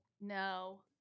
No